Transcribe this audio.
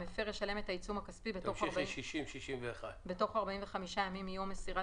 המפר ישלם את העיצום הכספי בתוך 45 ימים מיום מסירת